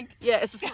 Yes